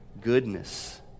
Goodness